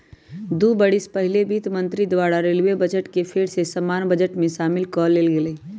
दू बरिस पहिले वित्त मंत्री द्वारा रेलवे बजट के फेर सँ सामान्य बजट में सामिल क लेल गेलइ